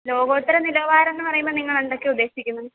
ലോകോത്തരനിലവാരം എന്ന് പറയുമ്പോൾ നിങ്ങളെന്തൊക്കെയാണ് ഉദ്ദേശിക്കുന്നത്